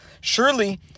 surely